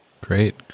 Great